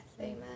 Amen